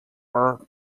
are